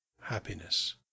happiness